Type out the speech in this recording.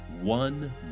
one